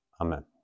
amen